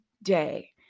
day